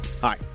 Hi